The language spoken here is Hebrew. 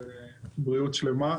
בריאות שלמה,